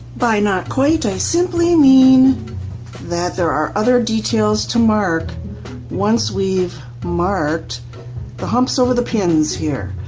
by not quite i simply mean that there are other details to mark once we've marked the humps over the pins here,